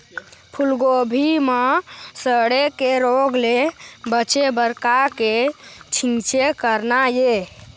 फूलगोभी म सड़े के रोग ले बचे बर का के छींचे करना ये?